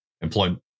employment